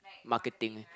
marketing